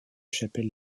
chapelles